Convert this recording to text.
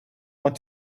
want